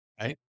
right